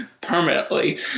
permanently